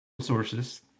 Sources